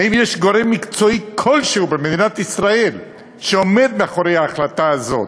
האם יש גורם מקצועי כלשהו במדינת ישראל שעומד מאחורי ההחלטה הזאת?